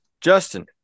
Justin